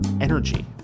energy